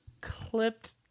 clipped